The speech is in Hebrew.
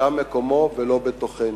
שם מקומו ולא בתוכנו.